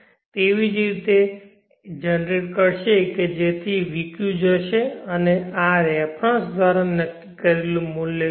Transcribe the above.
તે એવી રીતે જનરેટ કરશે કે vq જશે અને આ રેફરન્સ દ્વારા નક્કી કરેલું મૂલ્ય લેશે